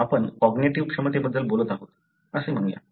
आपण कॉग्नेटिव्ह क्षमतेबद्दल बोलत आहोत असे म्हणूया